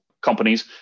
companies